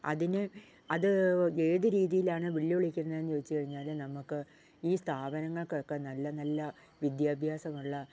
അതിന് അത് ഏത് രീതിയിലാണ് വെല്ലുവിളിക്കുന്നതെന്ന് ചോദിച്ചു കഴിഞ്ഞാൽ നമ്മൾക്ക് ഈ സ്ഥാപനങ്ങൾകൊക്കെ നല്ല നല്ല വിദ്യാഭ്യാസമുള്ള